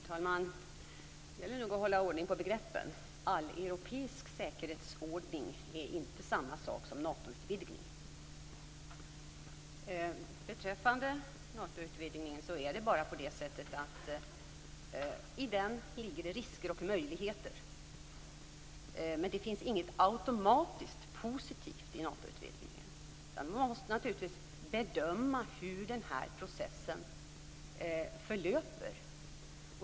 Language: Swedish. Herr talman! Det gäller nog att hålla ordning på begreppen. Alleuropeisk säkerhetsordning är inte samma sak som Natoutvidgning. I Natoutvidgningen ligger både risker och möjligheter, men det finns inget automatiskt positivt i Natoutvidgningen. Man måste naturligtvis bedöma hur den här processen förlöper.